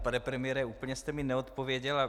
Pane premiére, úplně jste mi neodpověděl.